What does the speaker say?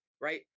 Right